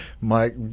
mike